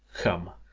come,